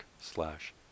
slash